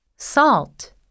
Salt